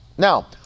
Now